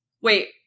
Wait